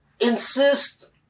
insist